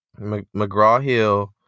McGraw-Hill